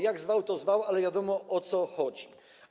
Jak zwał, tak zwał, ale wiadomo, o co chodzi.